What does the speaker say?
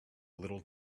little